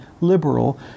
liberal